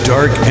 Dark